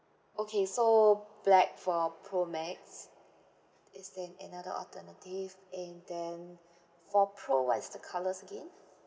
okay so black for pro max is then another alternative and then for pro what is the colours again